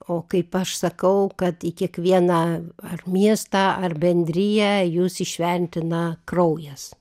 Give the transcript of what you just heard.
o kaip aš sakau kad į kiekvieną ar miestą ar bendriją jus įšventina kraujas